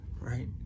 right